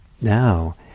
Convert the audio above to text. now